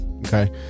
Okay